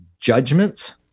judgments